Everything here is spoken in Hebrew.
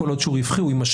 כל עוד שהוא רווחי, הוא ימשך.